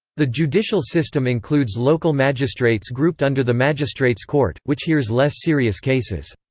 the judicial system includes local magistrates grouped under the magistrates' court, which hears less serious cases.